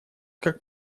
как